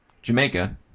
Jamaica